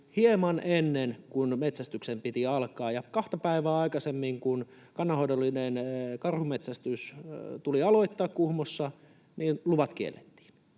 hieman ennen kuin metsästyksen piti alkaa, ja kahta päivää aikaisemmin kuin kannanhoidollinen karhunmetsästys tuli aloittaa Kuhmossa, luvat kiellettiin.